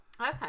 okay